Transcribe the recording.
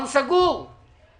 אנחנו מנסים למצוא פתרון עם האוצר.